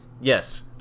Yes